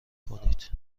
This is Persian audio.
کنید